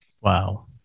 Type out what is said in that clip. Wow